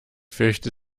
fürchte